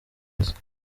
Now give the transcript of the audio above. misa